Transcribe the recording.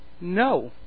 No